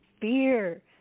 fear